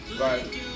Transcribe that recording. Right